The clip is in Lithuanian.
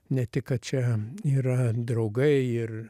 ne tik kad čia yra draugai ir